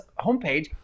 homepage